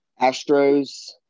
Astros